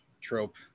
trope